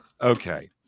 Okay